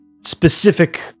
specific